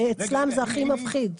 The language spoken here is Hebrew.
שאצלם זה הכי מפחיד.